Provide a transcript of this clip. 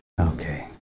Okay